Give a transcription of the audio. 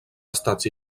estats